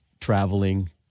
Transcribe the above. traveling